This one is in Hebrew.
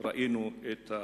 ראינו את התוצאות.